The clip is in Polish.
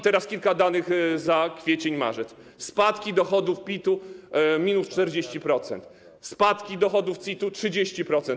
Teraz kilka danych za kwiecień, marzec: spadki dochodów PIT - 40%, spadki dochodów CIT - 30%.